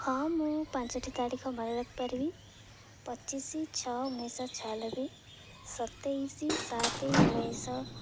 ହଁ ମୁଁ ପାଞ୍ଚଟି ତାରିଖ ମନେ ରଖିପାରିବି ପଚିଶି ଛଅ ଉଣେଇଶି ଶହ ଛୟାନବେ ସତେଇଶି ସାତ ଉଣେଇଶି ଶହ